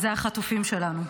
וזה החטופים שלנו.